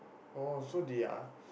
oh they are